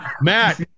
Matt